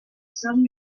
some